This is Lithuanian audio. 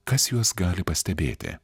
kas juos gali pastebėti